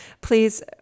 Please